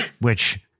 which-